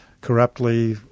corruptly